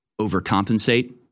overcompensate